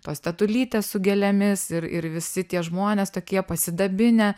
tos tetulytės su gėlėmis ir ir visi tie žmonės tokie pasidabinę